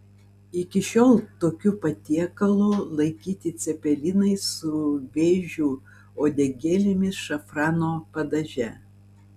iki šiol tokiu patiekalu laikyti cepelinai su vėžių uodegėlėmis šafrano padaže